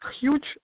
huge